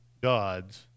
gods